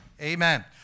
Amen